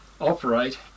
operate